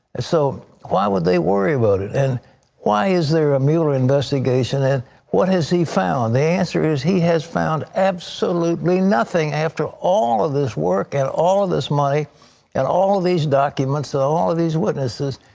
so why would they worry about it? and why is there a mueller investigation? and what has he found? the answer is he has found absolutely nothing after all of this work and all of this money and all of these documents and so all of these witnesses,